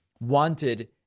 wanted